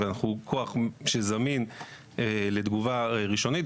ואנחנו כוח שזמין לתגובה ראשונית.